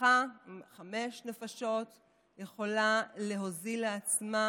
משפחה עם חמש נפשות יכולה להוזיל לעצמה